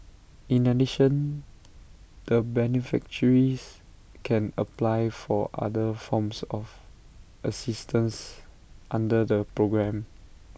in addition the beneficiaries can apply for other forms of assistance under the programme